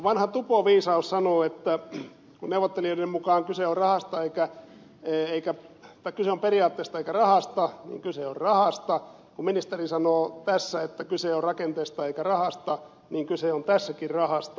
vanha tupoviisaus sanoo että kun neuvottelijoiden mukaan kyse on periaatteesta eikä rahasta niin kyse on rahasta ja kun ministeri sanoo tässä että kyse on rakenteesta eikä rahasta niin kyse on tässäkin rahasta